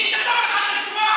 מי כתב לך את התשובה?